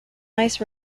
ice